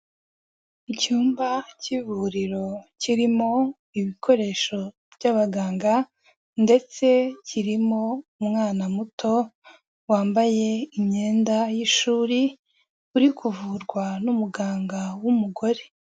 Icyumba cy'ivuriro kirimo ibikoresho by'abaganga, ndetse kirimo umwana muto, wambaye imyenda y'ishuri uri kuvurwa n'umuganga w'umugore.